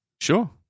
Sure